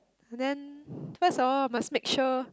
then first of all must make sure